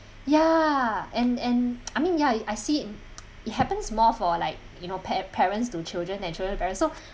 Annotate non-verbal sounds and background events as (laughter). ya and and (noise) I mean ya I seen it it happens more for like you know par~ parents to children than children to parents so